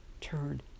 turn